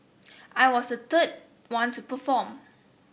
I was the third one to perform